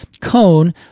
cone